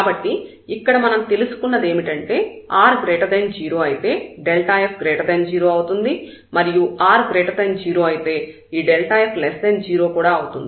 కాబట్టి ఇక్కడ మనం తెలుసుకున్నదేమిటంటే r0 అయితే f0 అవుతుంది మరియు r0 అయితే f0 కూడా అవుతుంది